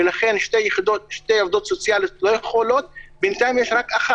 ולכן שתי עובדות סוציאליות לא יכולות בינתיים יש רק עובדת סוציאלית